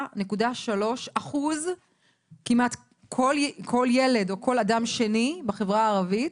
43.3%. כמעט כל ילד או כל אדם שני בחברה הערבית